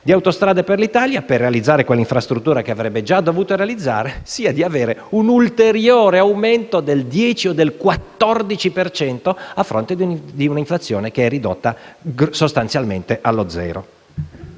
Autostrade per l'Italia, per realizzare quell'infrastruttura che avrebbe già dovuto realizzare, chiede di poter applicare un ulteriore aumento del 10 o del 14 per cento, a fronte di un'inflazione ridotta sostanzialmente allo zero.